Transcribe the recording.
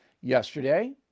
Yesterday